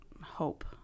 hope